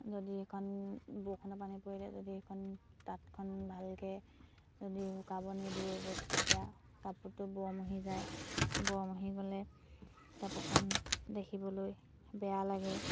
যদি সেইখন বৰষুণৰ পানী পৰিলে যদি সেইখন তাঁতখন ভালকে যদি শুকাব নিদিও তেতিয়া কাপোৰটো বৰ মহি যায় বৰ মহি গ'লে কাপোৰখন দেখিবলৈ বেয়া লাগে